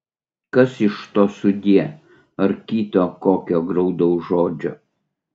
kas iš to sudie ar kito kokio graudaus žodžio